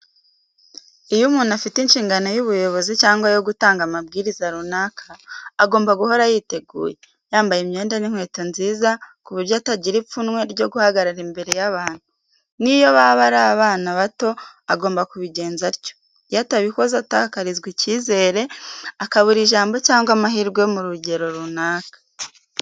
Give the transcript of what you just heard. Iyo umuntu afite inshingano y'ubuyobozi cyangwa yo gutanga amabwiriza runaka, agomba guhora yiteguye, yambaye imyenda n'inkweto nziza ku buryo atagira ipfunwe ryo guhagarara imbere y'abantu, n'iyo baba ari abana bato agomba kubigenza atyo, iyo atabikoze atakarizwa icyizere, akabura ijambo cyangwa amahirwe mu rugero runaka.